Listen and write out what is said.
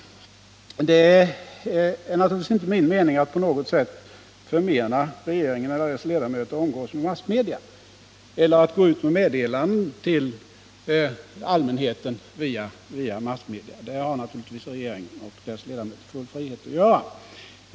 Det är naturligtvis inte min mening att på något sätt förmena regeringen eller dess ledamöter att umgås med massmedia eller att gå ut med meddelanden till allmänheten via massmedia. Självfallet har regeringen och dess ledamöter full frihet att göra det.